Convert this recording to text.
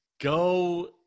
Go